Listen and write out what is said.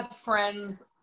friends